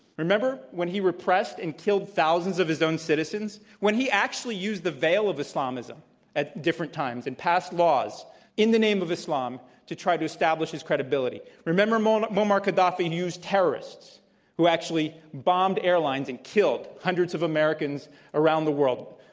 remember when he repressed and killed thousands of his own citizens, when he actually used the veil of islamism at different times and passed laws in the name of islam to try to establish his credibility? remember muammar muammar gaddafi used terrorists who actually bombed airlines and killed hundreds of americans around the world,